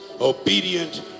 Obedient